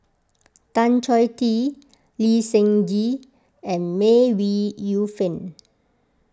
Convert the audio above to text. Tan Choh Tee Lee Seng Gee and May Ooi Yu Fen